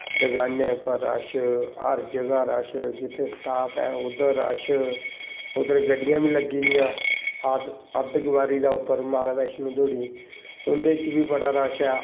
दकानें पर रश हर जगह रश जित्थै स्टॉप ऐ उद्धर रश उद्धर गड्डियां बी लग्गी दियां अद्ध कवारी दा उप्पर माता बैश्नो धोड़ी उ'दे च बी बड़ा रश ऐ